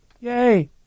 Yay